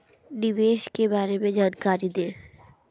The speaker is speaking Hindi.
निवेश के बारे में जानकारी दें?